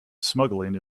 smuggling